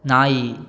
ನಾಯಿ